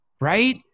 right